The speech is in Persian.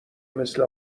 مثل